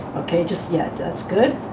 ok just yeah that's good